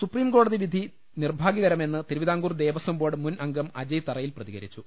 സുപ്രീംകോടതി വിധി നിർഭാഗ്യകരമെന്ന് തിരുവിതാംകൂർ ദേവസം ബോർഡ് മുൻ അംഗം അജയ് തറയിൽ പ്രതികരിച്ചു